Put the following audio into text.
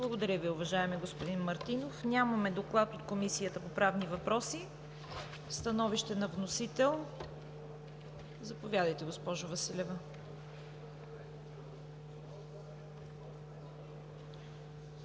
Благодаря Ви, уважаеми господин Мартинов. Нямаме доклад от Комисията по правни въпроси. Становище на вносител – заповядайте, госпожо Василева.